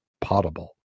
potable